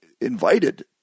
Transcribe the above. invited